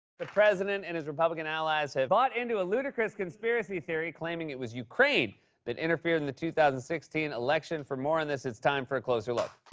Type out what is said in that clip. the president and his republican allies have brought into a ludicrous conspiracy theory claiming it was ukraine that interfered in the two thousand and sixteen election. for more on this, it's time for a closer look.